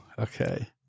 Okay